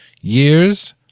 Years